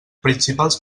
principals